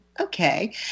okay